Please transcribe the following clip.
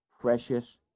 precious